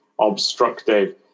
obstructive